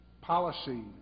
policy